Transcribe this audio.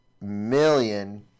million